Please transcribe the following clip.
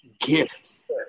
gifts